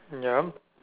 yup